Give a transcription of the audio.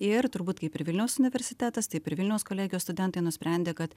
ir turbūt kaip ir vilniaus universitetas taip ir vilniaus kolegijos studentai nusprendė kad